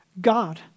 God